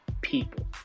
people